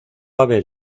haber